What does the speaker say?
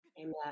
Amen